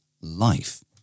life